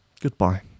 goodbye